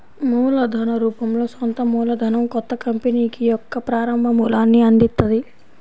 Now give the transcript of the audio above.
మూలధన రూపంలో సొంత మూలధనం కొత్త కంపెనీకి యొక్క ప్రారంభ మూలాన్ని అందిత్తది